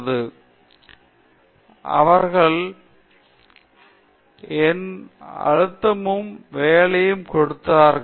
நான் என் பொறியியலைச் செய்வதற்கு முன்பு நான் நிறுவனத்தில் பணிபுரிந்தேன் அவர்கள் உண்மையில் எனக்கு எல்லா அழுத்தமும் வேலையும் கொடுத்தார்கள்